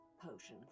potions